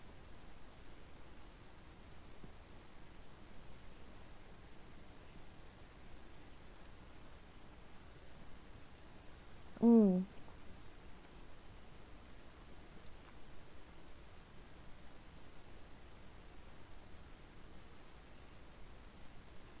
mm